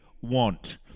want